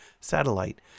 satellite